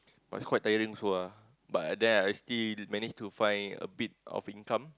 but it's quite tiring also ah but at there I still manage to find a bit of income